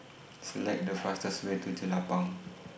Select The fastest Way to Jelapang